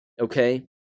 okay